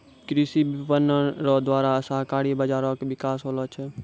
कृषि विपणन रो द्वारा सहकारी बाजारो के बिकास होलो छै